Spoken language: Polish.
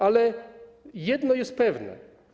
Ale jedno jest pewne.